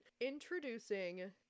Introducing